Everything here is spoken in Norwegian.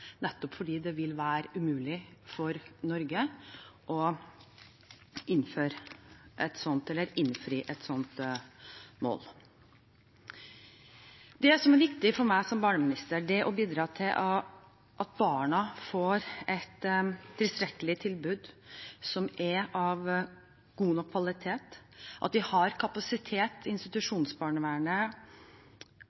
nettopp fordi det vil være umulig for Norge å innfri et sånt mål. Det som er viktig for meg som barneminister, er å bidra til at barna får et tilstrekkelig tilbud som er av god nok kvalitet, at man har kapasitet